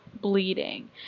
bleeding